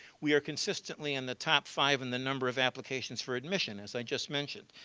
we are consistently in the top five in the number of applications for admission, as i just mentioned.